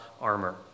armor